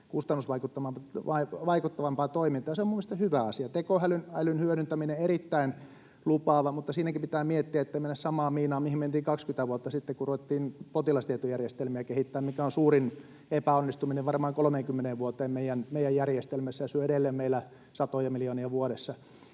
kustannusvaikuttavampaan toimintaan, ja se on minusta hyvä asia. Tekoälyn hyödyntäminen on erittäin lupaavaa, mutta siinäkin pitää miettiä, ettei mennä samaan miinaan, mihin mentiin 20 vuotta sitten, kun ruvettiin potilastietojärjestelmiä kehittämään, mikä on suurin epäonnistuminen varmaan 30 vuoteen meidän järjestelmässä ja syö edelleen meillä satoja miljoonia vuodessa.